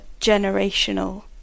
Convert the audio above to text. generational